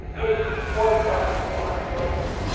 is voiceless or unvoiced,